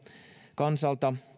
kansalta